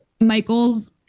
Michael's